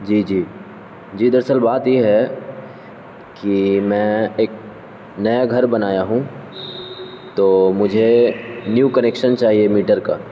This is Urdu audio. جی جی جی دراصل بات یہ ہے کہ میں ایک نیا گھر بنایا ہوں تو مجھے نیو کنیکشن چاہیے میٹر کا